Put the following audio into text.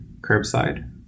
curbside